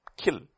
kill